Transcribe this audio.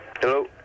hello